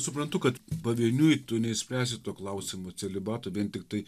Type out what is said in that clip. suprantu kad pavieniui tu neišspręsi to klausimo celibato vien tiktai